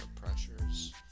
pressures